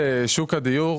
בשוק הדיור,